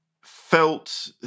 felt